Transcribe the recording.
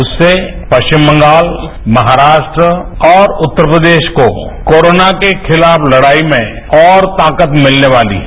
उससे पश्चिम बंगाल महाराष्ट्र और उत्तर प्रदेश को कोरोना के खिलाफ लड़ाई में और ताकत मिलने वाली है